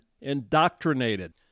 indoctrinated